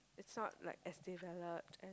it's not like as developed